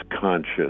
conscious